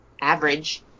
average